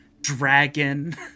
dragon